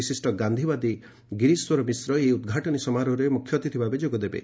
ବିଶିଷ୍ଟ ଗାନ୍ଧିବାଦୀ ଗିରିଶ୍ୱର ମିଶ୍ର ଏହି ଉଦ୍ଘାଟନୀ ସମାରୋହରେ ମୁଖ୍ୟଅତିଥିଭାବେ ଯୋଗ ଦେବେ